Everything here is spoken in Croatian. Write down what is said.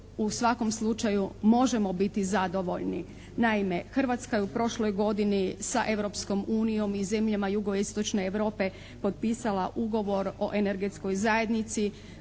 u svakom slučaju možemo biti zadovoljni. Naime, Hrvatska je u prošloj godini sa Europskom unijom i zemljama jugoistočne Europe potpisala ugovor o energetskoj zajednici